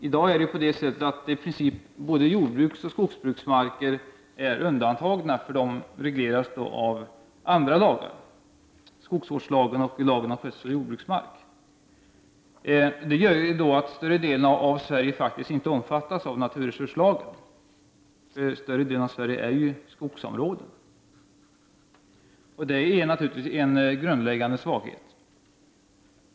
I dag är i princip både jordbruksoch skogsbruksmarker undantagna, eftersom de regleras av andra lagar, nämligen skogsvårdslagen och lagen om skötsel av jordbruksmark. Detta gör att större delen av Sverige faktiskt inte omfattas av naturresurslagen, eftersom större delen av Sverige utgörs av skogsområden. Detta är naturligtvis en grundläggande svaghet.